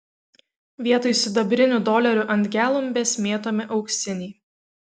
vietoj sidabrinių dolerių ant gelumbės mėtomi auksiniai